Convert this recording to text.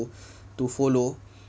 to follow